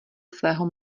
svého